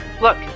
Look